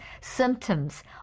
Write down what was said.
symptoms